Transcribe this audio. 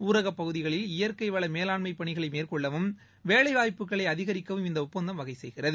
ஊரக பகுதிகளில் இயற்கை வள மேலாண்மை பணிகளை மேற்கொள்ளவும் வேலைவாய்ப்புகளை அதிகரிக்கவும் இந்த ஒப்பந்தம் வகை செய்கிறது